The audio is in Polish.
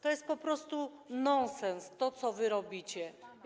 To jest po prostu nonsens, to co wy robicie.